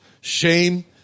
shame